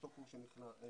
אותו קורס שנכנס.